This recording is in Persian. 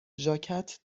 ژاکت